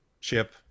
chip